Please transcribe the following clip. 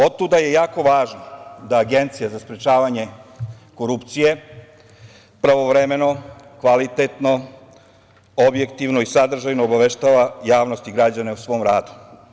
Otuda je jako važno da Agencija za sprečavanje korupcije pravovremeno, kvalitetno, objektivno i sadržajno obaveštava javnost i građane o svom radu.